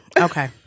Okay